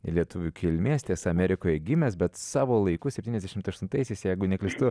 lietuvių kilmės tiesa amerikoje gimęs bet savo laiku septyniasdešimt aštuntaisiais jeigu neklystu